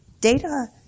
Data